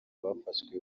bafashwe